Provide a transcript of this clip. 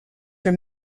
were